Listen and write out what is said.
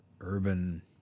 urban